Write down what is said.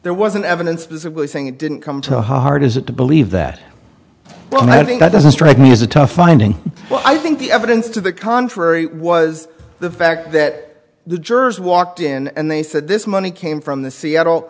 there was an evidence physically saying it didn't come so hard is it to believe that i think that doesn't strike me as a tough finding well i think the evidence to the contrary was the fact that the jurors walked in and they said this money came from the seattle